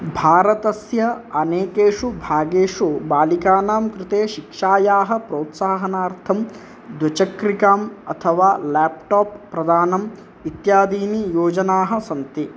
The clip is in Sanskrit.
भारतस्य अनेकेषु भागेषु बालिकानां कृते शिक्षायाः प्रेत्साहनार्थं द्विचक्रिकाम् अथवा लेप्टाप् इत्यादीनि योजनाः सन्ति